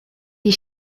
die